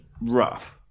rough